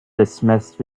dismissed